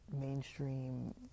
mainstream